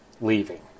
leaving